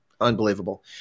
unbelievable